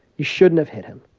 you shouldn't have hit him.